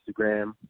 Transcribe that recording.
Instagram